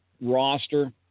roster